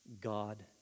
God